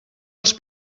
els